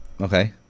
Okay